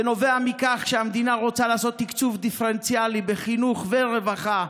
זה נובע מכך שהמדינה רוצה לעשות תקצוב דיפרנציאלי בחינוך ורווחה,